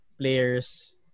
players